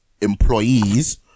employees